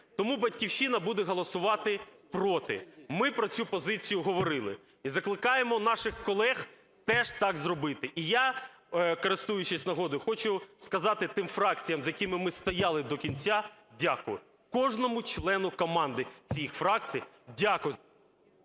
Тому "Батьківщина" буде голосувати проти, ми про цю позицію говорили. І закликаємо наших колег теж так зробити. І я, користуючись нагодою, хочу сказати тим фракціям, з якими ми стояли до кінця, дякую, кожному члену команди цих фракцій дякую.